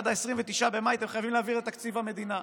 עד 29 במאי אתם חייבים להעביר את תקציב המדינה.